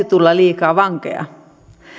tulla liikaa vankeja